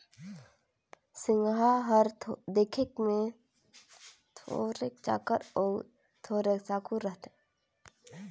सिगहा हर देखे मे थोरोक चाकर अउ थोरोक साकुर रहथे